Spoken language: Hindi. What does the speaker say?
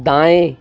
दाएं